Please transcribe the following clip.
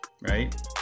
right